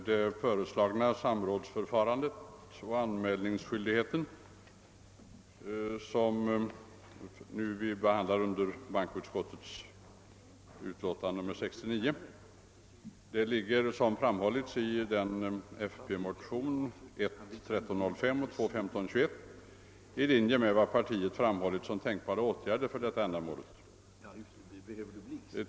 Herr talman! Samrådsförfarandet och anmälningsskyldigheten som vi nu behandlar under bankoutskottets utlåtande nr 69 ligger — som framhållits i folkpartimotionerna I: 1305 och II: 1521 — i linje med vad partiet framhållit som tänkbara åtgärder i avsett syfte.